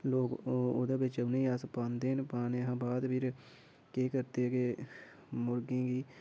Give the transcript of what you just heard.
लोग ओह्दे बिच्च उनेंगी अस पांदे न पाने शा बाद फिर केह् करदे के मुर्गें गी